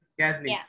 Gasly